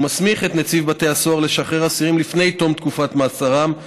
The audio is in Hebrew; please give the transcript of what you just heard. מסמיך את נציב בתי הסוהר לשחרר אסירים לפני תום תקופת מאסרם,